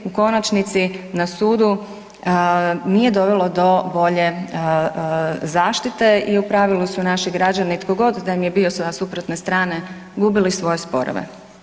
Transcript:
U konačnici, na sudu nije dovelo do bolje zaštite i u pravilu su naši građani, tko god da im je bio sa suprotne strane, gubili svoje sporove.